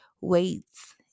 weights